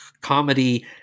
comedy